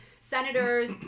Senators